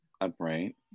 upright